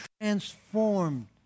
transformed